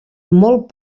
molt